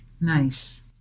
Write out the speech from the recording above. Nice